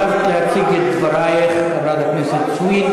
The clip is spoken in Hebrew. היטבת להציג את דברייך, חברת הכנסת סויד.